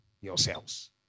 yourselves